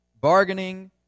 bargaining